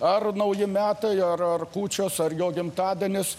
ar nauji metai ar ar kūčios ar jo gimtadienis